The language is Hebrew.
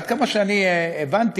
עד כמה שאני הבנתי,